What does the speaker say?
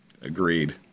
Agreed